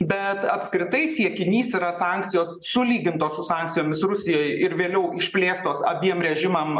bet apskritai siekinys yra sankcijos sulygintos su sankcijomis rusijai ir vėliau išplėstos abiem režimam